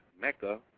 Mecca